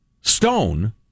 Stone